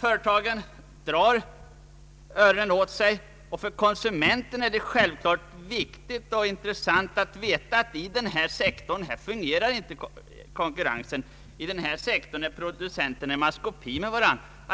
Företagen drar öronen åt sig, och för konsumenten är det självfallet viktigt och intressant att veta inom vilken sektor konkurrensen inte fungerar och inom vilken sektor producenterna är i maskopi med varandra.